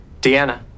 Deanna